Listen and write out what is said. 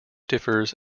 differs